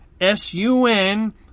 S-U-N